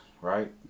right